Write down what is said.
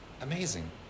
amazing